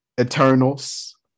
Eternals